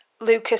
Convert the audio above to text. Lucas